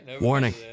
Warning